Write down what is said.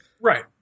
Right